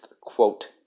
quote